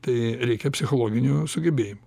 tai reikia psichologinių sugebėjimų